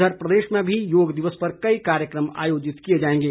इधर प्रदेश में भी योग दिवस पर कई कार्यक्रम आयोजित किए जाएंगे